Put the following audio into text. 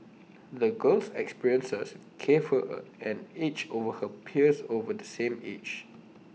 the girl's experiences gave her an edge over her peers of the same age